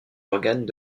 organes